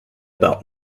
about